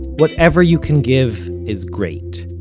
whatever you can give is great.